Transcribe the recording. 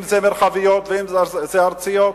אם מרחביות ואם ארציות?